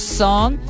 song